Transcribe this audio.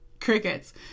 Crickets